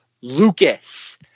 lucas